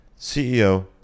CEO